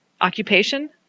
occupation